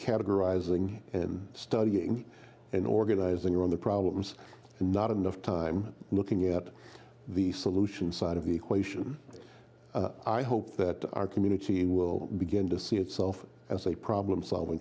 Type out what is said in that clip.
categorizing and studying and organizing around the problems and not enough time looking at the solution side of the equation i hope that our community will begin to see itself as a problem solving